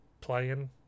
playing